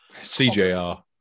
CJR